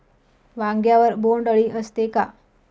वांग्यावर बोंडअळी असते का?